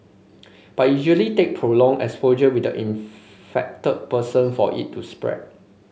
but it usually take prolonged exposure with the infected person for it to spread